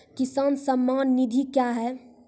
किसान सम्मान निधि क्या हैं?